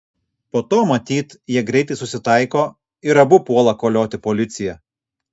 po to matyt jie greitai susitaiko ir abu puola kolioti policiją